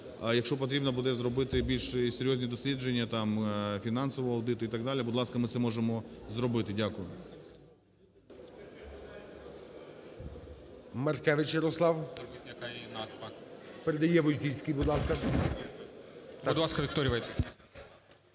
якщо потрібно буде зробити більш серйозні дослідження там, фінансовий аудит і так далі, будь ласка, ми це можемо зробити. Дякую.